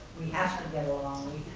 we have to get along,